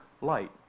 light